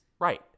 Right